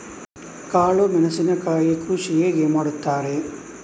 ಕಾಳು ಮೆಣಸಿನ ಕೃಷಿ ಹೇಗೆ ಮಾಡುತ್ತಾರೆ?